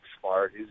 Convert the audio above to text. smart